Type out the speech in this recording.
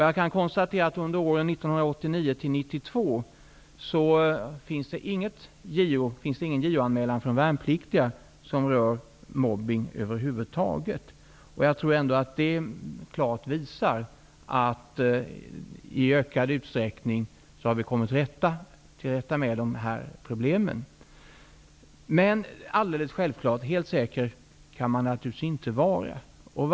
Jag kan konstatera att under åren 1989--1992 finns det ingen JO-anmälan från värnpliktiga som rör mobbning över huvud taget. Jag tror att det klart visar att vi i ökad utsträckning har kommit till rätta med dessa problem. Men man kan naturligvis inte vara helt säker.